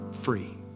free